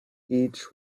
each